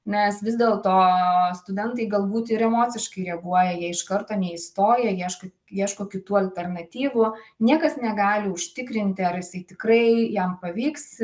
nes vis dėlto studentai galbūt ir emociškai reaguoja iš karto neįstoję ieško ieško kitų alternatyvų niekas negali užtikrinti ar jisai tikrai jam pavyks